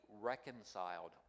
reconciled